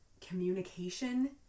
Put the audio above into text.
Communication